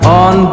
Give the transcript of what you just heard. on